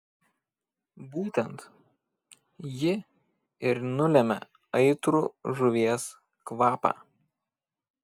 būtent ji ir nulemia aitrų žuvies kvapą